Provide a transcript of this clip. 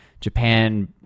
Japan